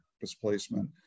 displacement